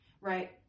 right